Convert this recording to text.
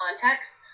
context